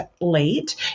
late